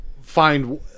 Find